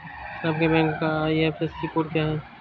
आपके बैंक का IFSC code क्या है?